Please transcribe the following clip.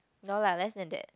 no lah less than that